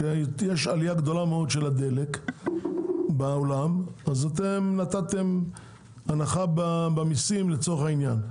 כשהייתה עלייה גדולה של הדלק בעולם נתתם הנחה במיסים לצורך העניין.